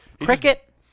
cricket